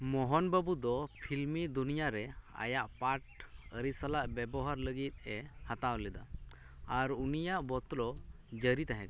ᱢᱳᱦᱚᱱ ᱵᱟᱹᱵᱩ ᱫᱚ ᱯᱷᱤᱞᱢ ᱫᱩᱱᱤᱭᱟᱹᱨᱮ ᱟᱡᱟᱜ ᱯᱟᱴᱷ ᱟᱹᱨᱤ ᱥᱟᱞᱟᱜ ᱵᱮᱵᱚᱦᱟᱨ ᱞᱟᱹᱜᱤᱫ ᱮ ᱦᱟᱛᱟᱣ ᱞᱮᱫᱟ ᱟᱨ ᱩᱱᱤᱭᱟᱜ ᱵᱚᱛᱞᱳ ᱡᱟᱹᱨᱤ ᱛᱟᱦᱮᱸ ᱠᱟᱱᱟ